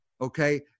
okay